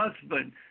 husband